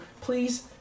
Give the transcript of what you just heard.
please